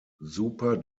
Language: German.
super